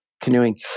canoeing